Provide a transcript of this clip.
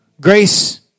Grace